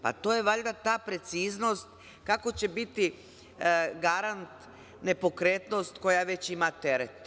Pa to je valjda ta preciznost kako će biti garant nepokretnost koja već ima teret.